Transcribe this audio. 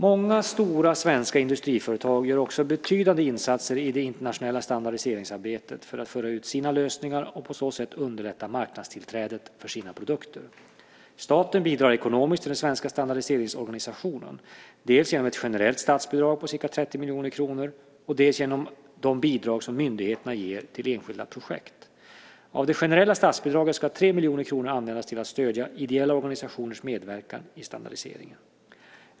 Många stora svenska industriföretag gör också betydande insatser i det internationella standardiseringsarbetet för att föra ut sina lösningar och på så sätt underlätta marknadstillträdet för sina produkter. Staten bidrar ekonomiskt till den svenska standardiseringsorganisationen. Dels genom ett generellt statsbidrag på ca 30 miljoner kronor och dels genom de bidrag som myndigheter ger till enskilda projekt. Av det generella statsbidraget ska 3 miljoner kronor användas till att stödja ideella organisationers medverkan i standardiseringen.